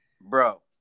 bro